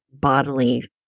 bodily